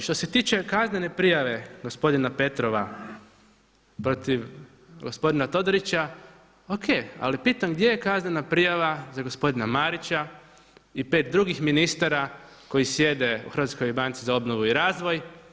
Što se tiče kaznene prijave gospodina Petrova protiv gospodina Todorića, O.K., ali pitam gdje je kaznena prijava za gospodina Marića i 5 drugih ministara koji sjede u Hrvatskoj banci za obnovu i razvoj.